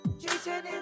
Jason